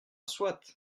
soit